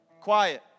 Quiet